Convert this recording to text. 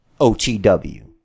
OTW